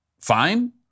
fine